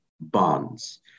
bonds